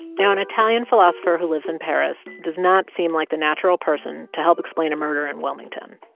now, an italian philosopher who lives in paris does not seem like the natural person to help explain a murder in wilmington.